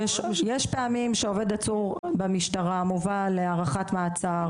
יש פעמים שהעובד עצור במשטרה, מובא להארכת מעצר.